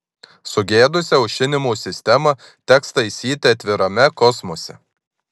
sugedusią aušinimo sistemą teks taisyti atvirame kosmose